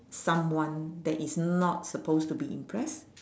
someone that is not supposed to be impressed